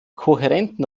kohärenten